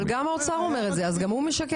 אבל גם האוצר אומר את זה, גם הוא משקר?